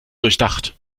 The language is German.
durchdacht